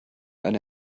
eine